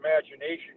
imagination